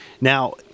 Now